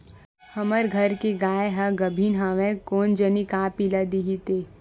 हमर घर के गाय ह गाभिन हवय कोन जनी का पिला दिही ते